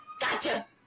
Gotcha